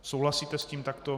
Souhlasíte s tím takto?